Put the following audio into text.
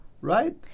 right